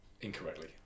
incorrectly